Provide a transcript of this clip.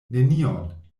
nenion